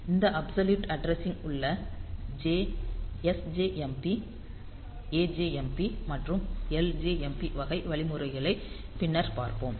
அந்த absolute addressing உள்ள sjmp ajmp மற்றும் ljmp வகை வழிமுறைகளைப் பின்னர் பார்ப்போம்